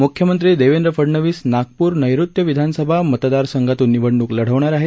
मुख्यमंत्री देवेंद्र फडणवीस नागपूर नैऋत्य विधानसभा मतदारसंघातून निवडणूक लढवणार आहेत